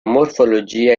morfologia